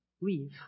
leave